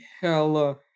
hella